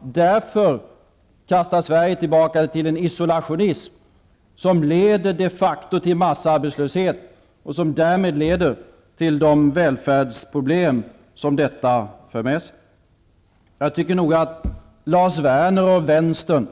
Vill ni kasta Sverige tillbaka till en isolationism som de facto leder till massarbetslöshet och de välfärdsproblem som den för med sig? Jag tycker nog att Lars Werner och Vänstern,